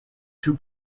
two